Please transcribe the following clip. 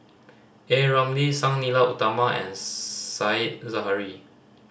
A Ramli Sang Nila Utama and Said Zahari